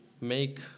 make